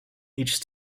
each